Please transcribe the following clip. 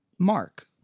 Mark